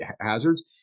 hazards